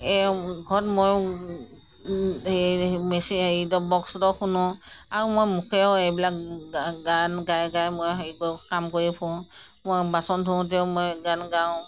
এই ঘৰত মই বক্সটোতো শুনোঁ আৰু মই মুখেৰেও এইবিলাক গান গাই গাই মই হেৰি কৰোঁ কাম কৰি ফুৰোঁ মই বাচন ধুওঁতেও মই গান গাওঁ